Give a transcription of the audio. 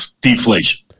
deflation